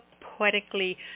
poetically